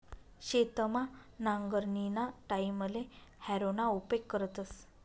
शेतमा नांगरणीना टाईमले हॅरोना उपेग करतस